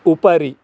उपरि